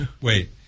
Wait